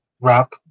wrap